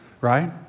right